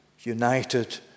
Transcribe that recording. united